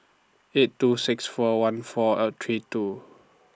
eight two six four one four Are three two